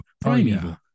Primeval